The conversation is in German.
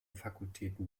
fakultäten